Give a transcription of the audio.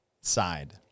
side